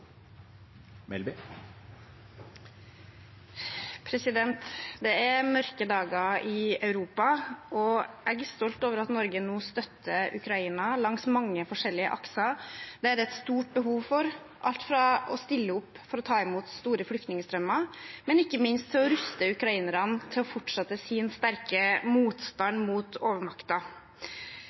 Det er mørke dager i Europa, og jeg er stolt over at Norge nå støtter Ukraina langs mange forskjellige akser. Det er et stort behov for alt fra å stille opp for å ta imot store flyktningstrømmer til – ikke minst – å ruste ukrainerne til å fortsette sin sterke motstand mot